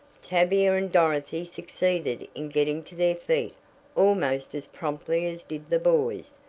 tavia and dorothy succeeded in getting to their feet almost as promptly as did the boys,